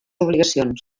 obligacions